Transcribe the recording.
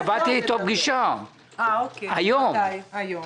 קבעתי פגישה עם ראש הממשלה היום.